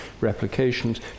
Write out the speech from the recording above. replications